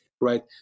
right